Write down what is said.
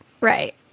right